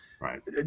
Right